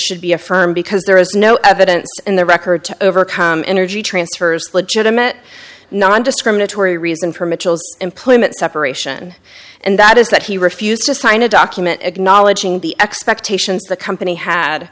should be affirmed because there is no evidence in the record to overcome energy transfers legitimate nondiscriminatory reason for mitchell's employment separation and that is that he refused to sign a document acknowledging the expectations the company had